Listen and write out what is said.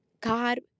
God